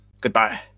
goodbye